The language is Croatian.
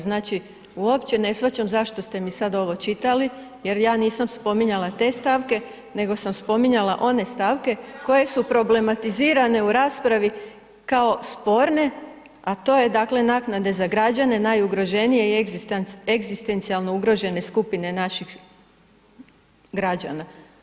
Znači uopće ne shvaćam zašto ste mi sad ovo čitali jer ja nisam spominjala te stavke nego sam spominjala one stavke koje su problematizirane u raspravi kao sporne, a to je dakle, naknade za građane najugroženije i egzistencijalno ugrožene skupine naših građana.